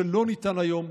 שלא ניתן היום,